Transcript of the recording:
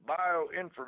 bioinformatics